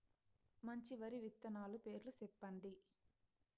మంచి వరి విత్తనాలు పేర్లు చెప్పండి?